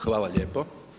Hvala lijepo.